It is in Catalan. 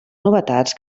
novetats